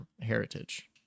heritage